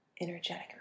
energetic